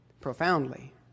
Profoundly